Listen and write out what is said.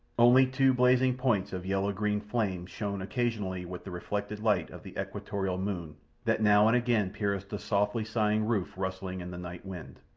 only two blazing points of yellow-green flame shone occasionally with the reflected light of the equatorial moon that now and again pierced the softly sighing roof rustling in the night wind.